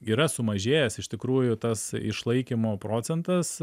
yra sumažėjęs iš tikrųjų tas išlaikymo procentas